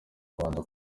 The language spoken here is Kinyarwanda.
rwanda